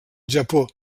japó